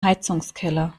heizungskeller